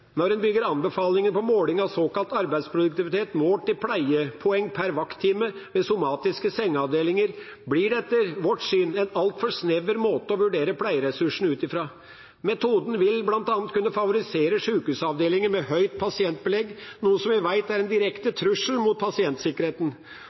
Når en bygger anbefalinger på måling av såkalt arbeidsproduktivitet målt i pleiepoeng per vakttime ved somatiske sengeavdelinger, blir det etter vårt syn en altfor snever måte å vurdere pleieressursene ut fra. Metoden vil bl.a. kunne favorisere sykehusavdelinger med høyt pasientbelegg, noe vi vet er en direkte